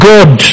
God